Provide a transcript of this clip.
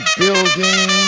building